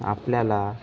आपल्याला